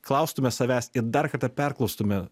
klaustume savęs ir dar kartą perklaustume